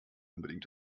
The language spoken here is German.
unbedingt